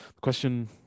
question